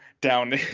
down